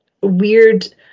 weird